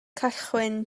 cychwyn